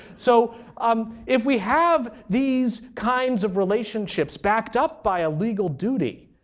so um if we have these kinds of relationships backed up by a legal duty,